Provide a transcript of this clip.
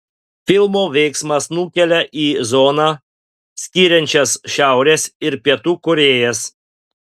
filmo veiksmas nukelia į zoną skiriančią šiaurės ir pietų korėjas